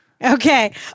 Okay